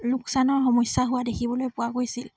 লোকচানৰ সমস্যা হোৱা দেখিবলৈ পোৱা গৈছিল